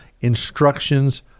instructions